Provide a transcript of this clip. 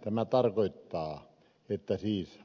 tämä tarkoittaa että